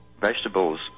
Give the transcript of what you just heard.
vegetables